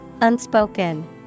Unspoken